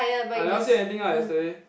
I never say anything lah yesterday